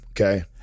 okay